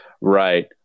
Right